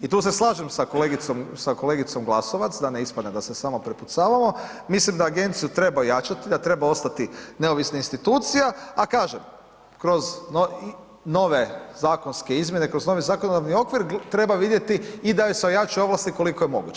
I tu se slažem sa kolegicom Glasovac, da ne ispada da se samo prepucavamo, mislim da agenciju treba ojačati, da treba ostati neovisna institucija a kažem, kroz nove zakonske izmjene, kroz novi zakonodavni okvir, treba vidjeti i da joj se ojačaju ovlasti koliko je moguće.